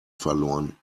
verloren